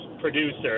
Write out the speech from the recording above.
producer